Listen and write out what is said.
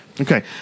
Okay